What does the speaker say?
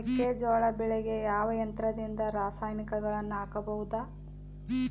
ಮೆಕ್ಕೆಜೋಳ ಬೆಳೆಗೆ ಯಾವ ಯಂತ್ರದಿಂದ ರಾಸಾಯನಿಕಗಳನ್ನು ಹಾಕಬಹುದು?